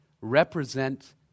represent